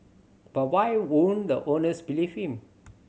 but why wouldn't the owners believe him